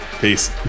Peace